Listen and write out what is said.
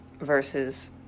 versus